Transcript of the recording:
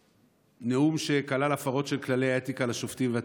בנאום שכלל הפרות של כללי האתיקה לשופטים והתקשי"ר.